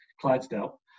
Clydesdale